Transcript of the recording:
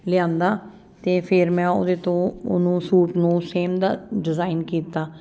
ਲਿਆਂਦਾ ਅਤੇ ਫਿਰ ਮੈਂ ਉਹਦੇ ਤੋਂ ਉਹਨੂੰ ਸੂਟ ਨੂੰ ਸੇਮ ਦਾ ਡਿਜ਼ਾਇਨ ਕੀਤਾ